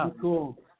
cool